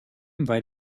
invite